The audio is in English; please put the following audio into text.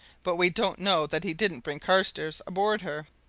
but we don't know that he didn't bring carstairs aboard her.